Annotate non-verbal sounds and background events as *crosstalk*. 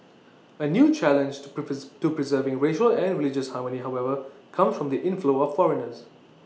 A new challenge to *unintelligible* to preserving racial and religious harmony however comes from the inflow of foreigners